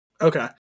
okay